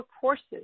courses